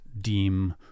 deem